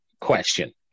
question